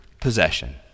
possession